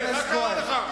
מה קרה לך?